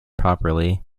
properly